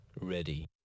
Ready